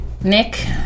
Nick